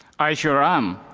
i sure am.